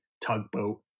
tugboat